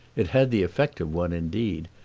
it had the effect of one indeed,